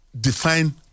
define